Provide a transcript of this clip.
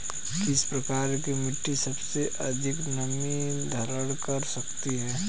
किस प्रकार की मिट्टी सबसे अधिक नमी धारण कर सकती है?